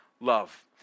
love